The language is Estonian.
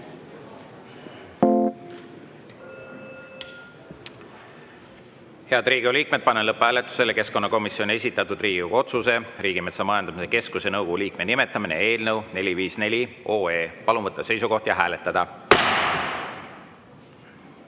Riigikogu liikmed, panen lõpphääletusele keskkonnakomisjoni esitatud Riigikogu otsuse "Riigimetsa Majandamise Keskuse nõukogu liikme nimetamine" eelnõu 454. Palun võtta seisukoht ja hääletada!